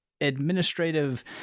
administrative